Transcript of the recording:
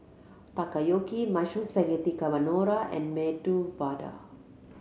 Takoyaki Mushroom Spaghetti Carbonara and Medu Vada